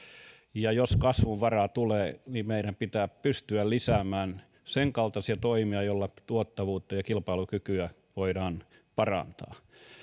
ja jos kasvunvaraa tulee niin meidän pitää pystyä lisäämään senkaltaisia toimia joilla tuottavuutta ja kilpailukykyä voidaan parantaa